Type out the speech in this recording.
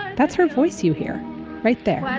that's her voice you hear right there